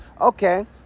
Okay